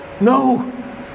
No